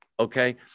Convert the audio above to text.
okay